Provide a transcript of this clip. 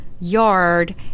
yard